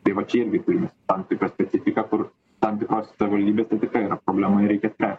tai va čia irgi turime tam tikrą specifiką kur tam tikrose savaldybėse tai tikrai yra problema ir reikia spręst